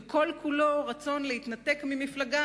וכל-כולו רצון להתנתק ממפלגה,